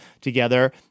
together